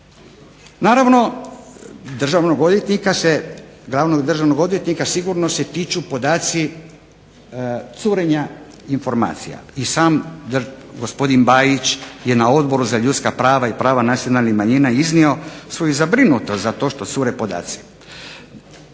Naravno Glavnog državnog odvjetnika sigurno se tiču podaci curenja informacija. I sam gospodin Bajić je na Odboru za ljudska prava i prava nacionalnih manjina iznio svoju zabrinutost za to što cure podaci.